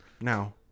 now